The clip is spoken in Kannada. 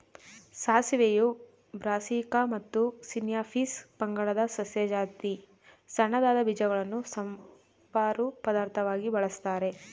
ಸಾಸಿವೆಯು ಬ್ರಾಸೀಕಾ ಮತ್ತು ಸಿನ್ಯಾಪಿಸ್ ಪಂಗಡದ ಸಸ್ಯ ಜಾತಿ ಸಣ್ಣದಾದ ಬೀಜಗಳನ್ನು ಸಂಬಾರ ಪದಾರ್ಥವಾಗಿ ಬಳಸ್ತಾರೆ